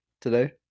today